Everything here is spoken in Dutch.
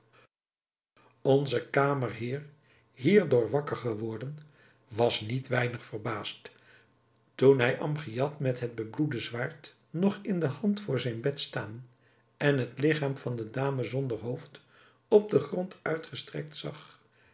onze kamerheer hierdoor wakker geworden was niet weinig verbaasd toen hij amgiad met het bebloede zwaard nog in de hand voor zijn bed staan en het ligchaam van de dame zonder hoofd op den grond uitgestrekt zag